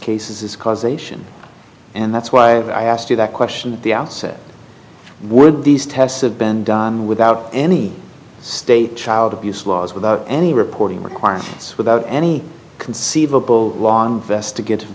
cases is causation and that's why i asked you that question at the outset would these tests have been done without any state child abuse laws without any reporting requirements without any conceivable long fest to get